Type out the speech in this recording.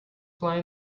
fly